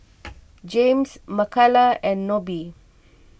James Makala and Nobie